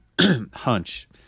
hunch